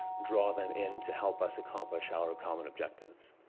draw them into help us accomplish our common objectives.